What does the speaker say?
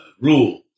rule